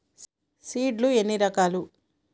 Seed లు ఎన్ని రకాలు?